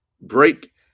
break